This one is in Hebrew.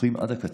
פתוחים עד הקצה,